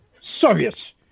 Soviet